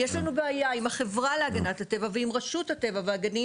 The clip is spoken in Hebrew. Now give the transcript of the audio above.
יש לנו בעיה עם החברה להגנת הטבע ועם רשות הטבע והגנים